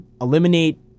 eliminate